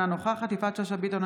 אינה נוכחת יפעת שאשא ביטון,